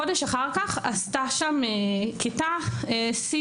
חודש אחר כך עשתה שם כיתה סיום,